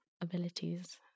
abilities